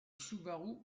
subaru